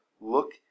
look